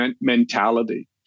mentality